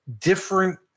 different